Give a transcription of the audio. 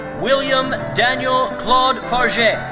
william daniel claude farges.